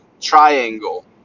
triangle